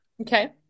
Okay